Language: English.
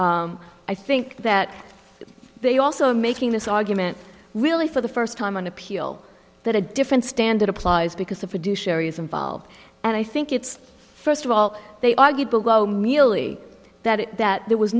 i think that they also are making this argument really for the first time on appeal that a different standard applies because a fiduciary is involved and i think it's first of all they argue below merely that that there was